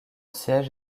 siège